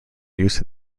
use